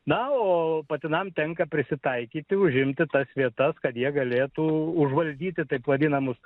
na o patinams tenka prisitaikyti užimti tas vietas kad jie galėtų užvaldyti taip vadinamus